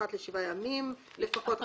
אחת לשבעה ימים לפחות,